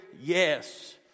Yes